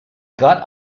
got